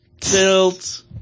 Tilt